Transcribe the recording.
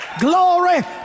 Glory